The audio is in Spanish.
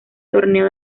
torneo